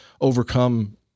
overcome